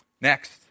Next